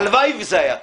הלוואי שזה היה כך.